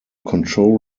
control